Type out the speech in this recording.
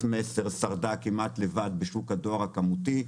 מסר שרדה כמעט לבד בשוק הדואר הכמותי.